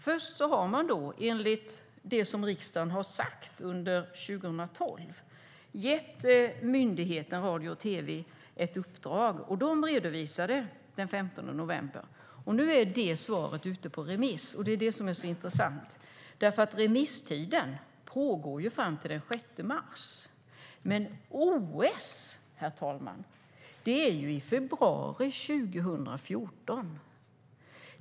Först har man, enligt det som riksdagen har sagt under 2012, gett Myndigheten för radio och tv ett uppdrag. De redovisade svaret den 15 november, och nu är det ute på remiss. Det är det som är intressant, för remisstiden pågår fram till den 6 mars. Men OS, herr talman, är i februari 2014.